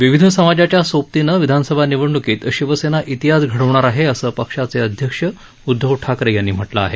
विविध समाजाच्या सोबतीनं विधानसभा निवडणूकीत शिवसेना इतिहास घडवणार आहे असं पक्षाचे अध्यक्ष उद्दव ठाकरे यांनी म्हटलं आहे